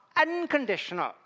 unconditional